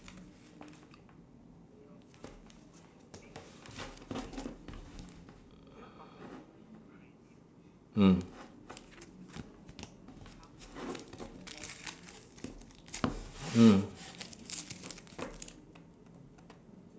mm mm